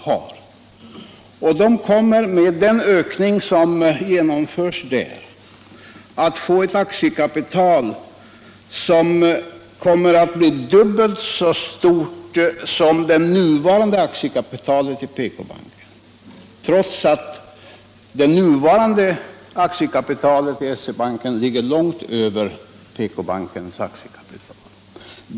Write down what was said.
SE-banken kommer därmed att få ett aktiekapital som är dubbelt så stort som aktiekapitalet i PK-banken, trots att det nuvarande aktiekapitalet i SE-banken ligger långt över PK-bankens aktiekapital.